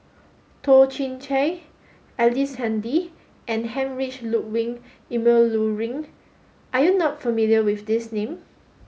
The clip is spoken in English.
Toh Chin Chye Ellice Handy and Heinrich Ludwig Emil Luering are you not familiar with these name